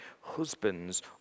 husbands